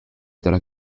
dalla